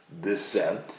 descent